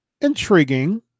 intriguing